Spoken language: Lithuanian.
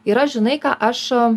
ir aš žinai ką aš